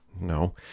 No